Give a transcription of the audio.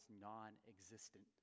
non-existent